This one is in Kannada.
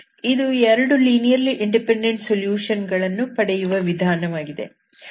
ಇದು 2 ಲೀನಿಯರ್ಲಿ ಇಂಡಿಪೆಂಡೆಂಟ್ ಸೊಲ್ಯೂಶನ್ ಗಳನ್ನು ಪಡೆಯುವ ವಿಧಾನವಾಗಿದೆ